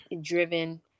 driven